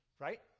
right